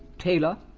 tailor,